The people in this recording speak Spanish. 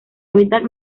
hábitat